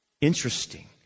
interesting